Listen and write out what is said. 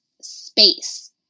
space